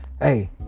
Hey